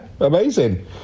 amazing